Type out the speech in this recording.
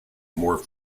more